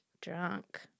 drunk